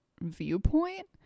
viewpoint